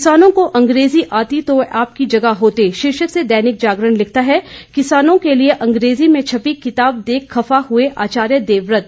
किसानों को अंग्रेजी आती तो वे आपकी जगह होते शीर्षक से दैनिक जागरण लिखता है किसानों के लिए अंग्रेजी में छपी किताब देख खफा हुए आचार्य देवव्रत